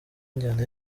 injyana